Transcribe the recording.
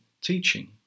teaching